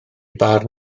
barn